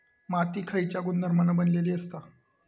माती खयच्या गुणधर्मान बनलेली असता?